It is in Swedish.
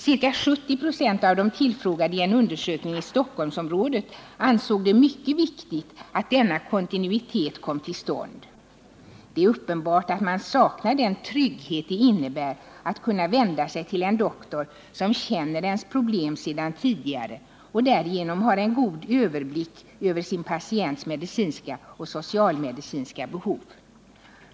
Ca 70 96 av de tillfrågade i en undersökning i Stockholmsområdet ansåg det mycket viktigt att denna kontinuitet kom till stånd. Det är uppenbart att man saknar den trygghet det innebär att kunna vända sig till en doktor som känner ens problem sedan tidigare och som därigenom har en god överblick över sin patients medicinska och socialmedicinska behov.